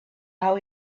how